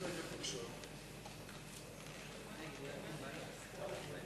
נגד, 9, ולא היו